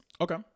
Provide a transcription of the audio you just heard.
Okay